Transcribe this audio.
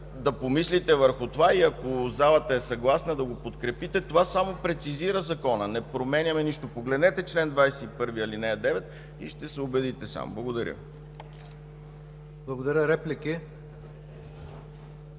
да помислите върху това и ако залата е съгласна, да го подкрепите. Това само прецизира Закона. Не променяме нищо. Погледнете чл. 21, ал. 9 и ще се убедите. Благодаря. ПРЕДСЕДАТЕЛ ИВАН К.